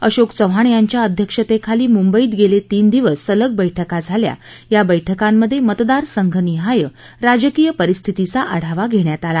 अशोक चव्हाण यांच्या अध्यक्षतेखाली मुंबईत गेले तीन दिवस सलग बस्किा झाल्या या बस्किांमध्ये मतदारसंघनिहाय राजकीय परिस्थितीचा आढावा घेण्यात आला